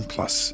Plus